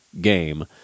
game